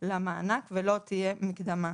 למענק ולא תהיה מקדמה.